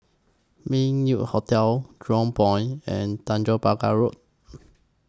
Meng Yew Hotel Jurong Point and Tanjong Pagar Road